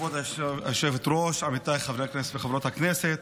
כבוד היושבת-ראש, עמיתיי חברי הכנסת וחברות הכנסת,